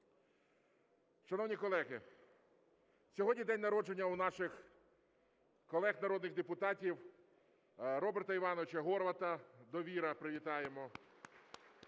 Шановні колеги, сьогодні день народження у наших колег народних депутатів. Роберта Івановича Горвата, "Довіра". Привітаємо.